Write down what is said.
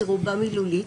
היא רובה מילולית,